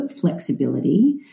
flexibility